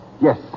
Yes